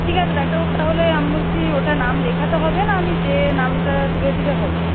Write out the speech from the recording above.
ঠিক আছে ডাক্তারবাবু তাহলে আমি বলছি ওটা নাম লেখাতে হবে না আমি গিয়ে নামটা তুলে দিলে হবে